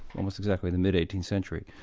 almost exactly the mid eighteenth century.